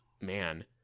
man